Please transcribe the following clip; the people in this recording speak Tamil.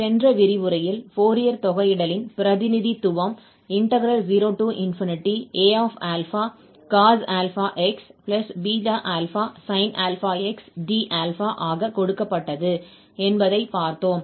சென்ற விரிவுரையில் ஃபோரியர் தொகையிடலின் பிரதிநிதித்துவம் 0Acos ∝xB∝ sin αx d∝ ஆக கொடுக்கப்பட்டது என்பதை பார்த்தோம்